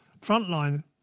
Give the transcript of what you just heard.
frontline